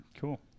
cool